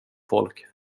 folk